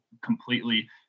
completely